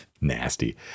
Nasty